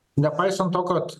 nepaisant to kad